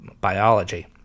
biology